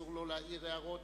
אסור לו להעיר הערות